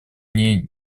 мне